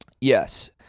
yes